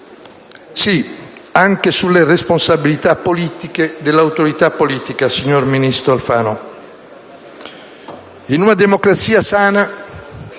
Sì, anche sulle responsabilità politiche dell'autorità politica, signor ministro Alfano. In una democrazia sana